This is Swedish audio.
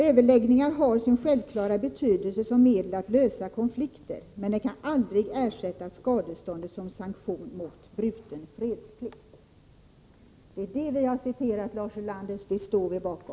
Överläggningar har sin självklara betydelse som medel att lösa konflikter, men de kan aldrig ersätta skadeståndet som sanktion mot bruten fredsplikt.